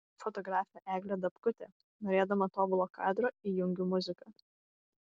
fotografė eglė dabkutė norėdama tobulo kadro įjungiu muziką